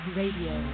radio